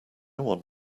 want